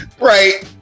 Right